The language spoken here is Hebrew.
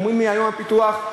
ואומרים לי: הפיתוח היום,